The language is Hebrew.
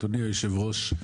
אדוני היושב-ראש,